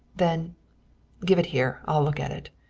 then give it here. i'll look at it.